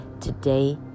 Today